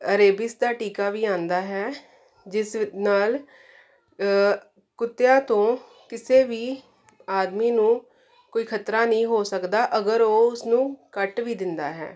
rabies ਦਾ ਟੀਕਾ ਵੀ ਆਉਂਦਾ ਹੈ ਜਿਸ ਨਾਲ ਕੁੱਤਿਆਂ ਤੋਂ ਕਿਸੇ ਵੀ ਆਦਮੀ ਨੂੰ ਕੋਈ ਖਤਰਾ ਨਹੀਂ ਹੋ ਸਕਦਾ ਅਗਰ ਉਹ ਉਸਨੂੰ ਕੱਟ ਵੀ ਦਿੰਦਾ ਹੈ